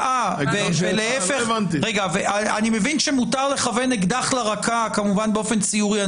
אני מבין שמותר לכוון אקדח לרקה כמובן באופן ציורי,